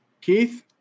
Keith